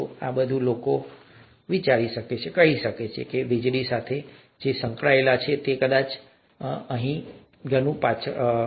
અને આ બધું જે લોકો કહી શકે છે કે જેઓ વીજળી સાથે સંકળાયેલા હતા તે હા કદાચ હવે નહીં હોય કદાચ ઘણું પાછળથી હશે